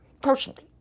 personally